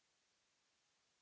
Merci,